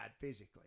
physically